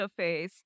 interface